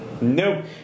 Nope